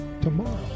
tomorrow